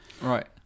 Right